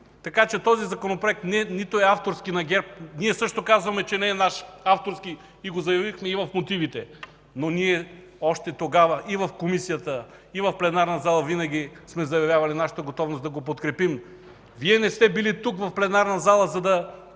Така че този Законопроект не е авторски на ГЕРБ. Ние също казваме, че не е наш, авторски, и го заявихме в мотивите. Но ние още тогава – и в Комисията, и в пленарната зала, винаги сме заявявали нашата готовност да го подкрепим. Вие не сте били тук, в пленарната зала, за да